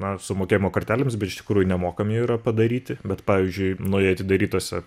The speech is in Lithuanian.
na su mokėjimo kortelėmis bet iš tikrųjų nemokami yra padaryti bet pavyzdžiui naujai atidarytose